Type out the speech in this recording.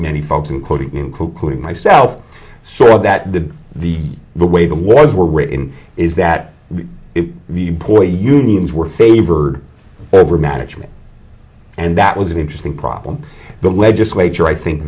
many folks including including myself sort of that the the way the wars were written is that the boy unions were favored over management and that was an interesting problem the legislature i think